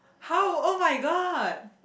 how oh-my-god